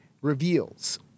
reveals